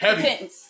Heavy